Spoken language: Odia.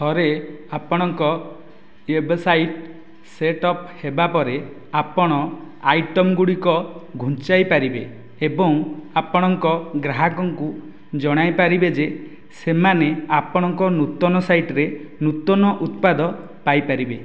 ଥରେ ଆପଣଙ୍କ ୱେବସାଇଟ୍ ସେଟ୍ ଅପ୍ ହେବା ପରେ ଆପଣ ଆଇଟମ୍ ଗୁଡ଼ିକ ଘୁଞ୍ଚାଇ ପାରିବେ ଏବଂ ଆପଣଙ୍କ ଗ୍ରାହକଙ୍କୁ ଜଣାଇପାରିବେ ଯେ ସେମାନେ ଆପଣଙ୍କ ନୂତନ ସାଇଟରେ ନୂତନ ଉତ୍ପାଦ ପାଇପାରିବେ